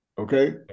Okay